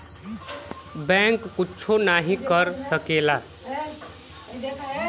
bank कुच्छो नाही कर सकेला